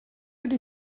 ydy